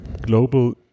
global